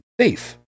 safe